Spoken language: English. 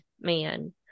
man